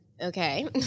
Okay